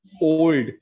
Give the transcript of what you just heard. old